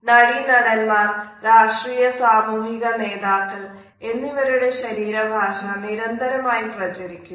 നടി നടൻമാർ രാഷ്ട്രീയ സാമൂഹിക നേതാക്കൾ എന്നിവരുടെ ശരീര ഭാഷ നിരന്തരമായി പ്രചരിക്കുന്നു